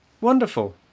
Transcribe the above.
Wonderful